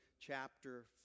chapter